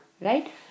right